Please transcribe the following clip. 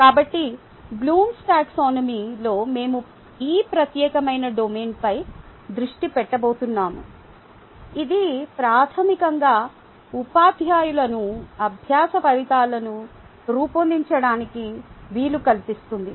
కాబట్టి Bloom's taxonomy Taxonomy లో మేము ఈ ప్రత్యేకమైన డొమైన్పై దృష్టి పెట్టబోతున్నాము ఇది ప్రాథమికంగా ఉపాధ్యాయులను అభ్యాస ఫలితాలను రూపొందించడానికి వీలు కల్పిస్తుంది